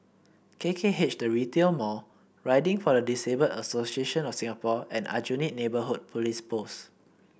K K H The Retail Mall Riding for the Disabled Association of Singapore and Aljunied Neighbourhood Police Post